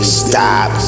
stop